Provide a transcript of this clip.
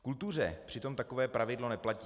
V kultuře přitom takové pravidlo neplatí.